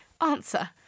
answer